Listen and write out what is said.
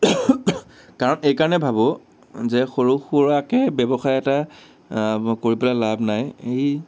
কাৰণ এইকাৰণেই ভাবোঁ যে সৰু সুৰাকৈ ব্যৱসায় এটা কৰি পেলাই লাভ নাই এই